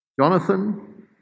Jonathan